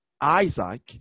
Isaac